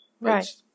Right